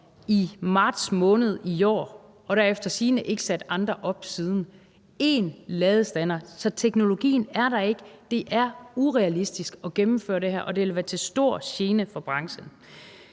i marts måned i år, og der er efter sigende ikke sat andre op siden: én ladestander! Så teknologien er der ikke. Det er urealistisk at gennemføre det her, og det vil være til stor gene for branchen.